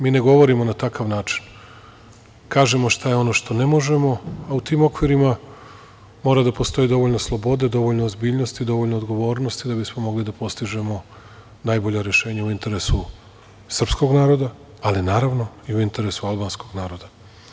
Mi ne govorimo na takav način, kažemo ono što ne možemo, a u tim okvirima, mora da postoji dovoljno slobode, dovoljno ozbiljnosti, dovoljno odgovornosti, da bismo mogli da postignemo najbolja rešenja u interesu srpskog naroda, ali naravno i u interesu albanskog naroda.